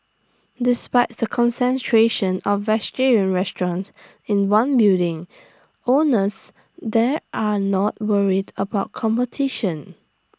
despite the concentration of vegetarian restaurants in one building owners there are not worried about competition